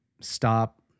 stop